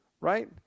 right